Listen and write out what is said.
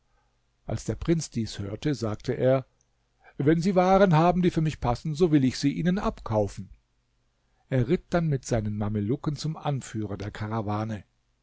als der prinz dies hörte sagte er wenn sie waren haben die für mich passen so will ich sie ihnen abkaufen er ritt dann mit seinen mamelucken zum anführer der karawane